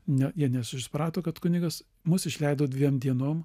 ne jie nesuprato kad kunigas mus išleido dviem dienom